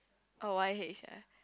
oh Y H ah